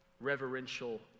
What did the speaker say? reverential